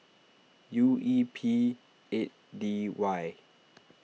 U E P eight D Y